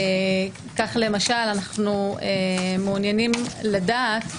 כך למשל אנחנו מעוניינים לדעת,